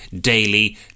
daily